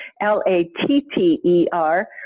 L-A-T-T-E-R